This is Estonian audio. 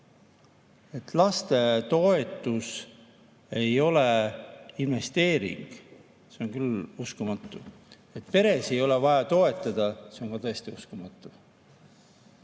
lastetoetus ei ole investeering, no see on küll uskumatu. Et peresid ei ole vaja toetada, see on ka täiesti uskumatu.